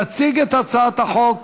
תציג את הצעת החוק,